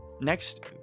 next